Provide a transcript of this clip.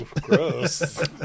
gross